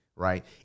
Right